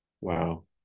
Wow